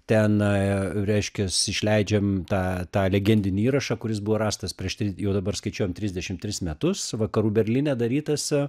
ten reiškias išleidžiam tą tą legendinį įrašą kuris buvo rastas prieš tris jau dabar skaičiuojam trisdešim tris metus vakarų berlyne darytas